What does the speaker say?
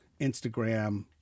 Instagram